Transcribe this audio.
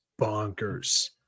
bonkers